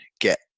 get